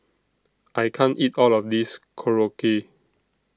I can't eat All of This Korokke